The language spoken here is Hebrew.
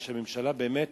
והממשלה באמת